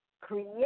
create